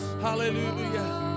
Hallelujah